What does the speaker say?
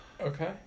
Okay